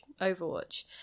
Overwatch